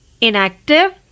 Inactive